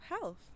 health